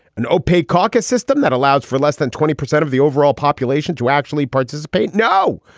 an opaque caucus system that allows for less than twenty percent of the overall population to actually participate. now,